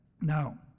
Now